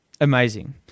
amazing